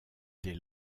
dès